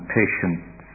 patience